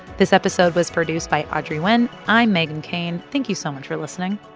this episode was produced by audrey wynn. i'm meghan keane. thank you so much for listening